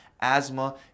asthma